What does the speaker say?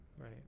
right